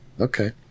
Okay